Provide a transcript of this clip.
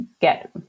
get